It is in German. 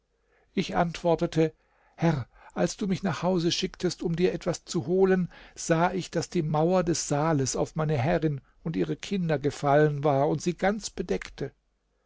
ich antwortete herr als du mich nach hause schicktest um dir etwas zu holen sah ich daß die mauer des saales auf meine herrin und ihre kinder gefallen war und sie ganz bedeckte